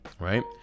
Right